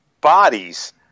bodies